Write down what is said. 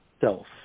self